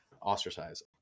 ostracize